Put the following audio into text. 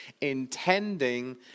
intending